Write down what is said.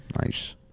Nice